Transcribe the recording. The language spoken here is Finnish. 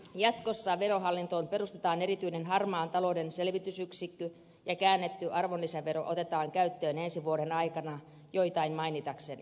jatkossa verohallintoon perustetaan erityinen harmaan talouden selvitysyksikkö ja käännetty arvonlisävero otetaan käyttöön ensi vuoden aikana joitain mainitakseni